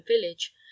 village